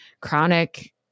chronic